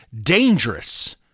dangerous